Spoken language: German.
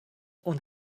und